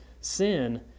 sin